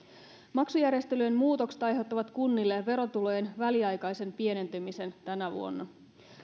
maksujärjestelyjen muutokset aiheuttavat kunnille verotulojen väliaikaisen pienentymisen tänä vuonna